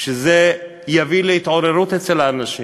שזה יביא להתעוררות אצל האנשים,